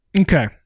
Okay